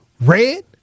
red